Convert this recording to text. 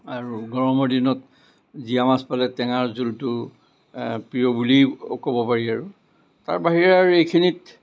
আৰু গৰমৰ দিনত জীয়া মাছ পালে টেঙাৰ জোলটো প্ৰিয় বুলিও ক'ব পাৰি আৰু তাৰ বাহিৰে আৰু এইখিনিত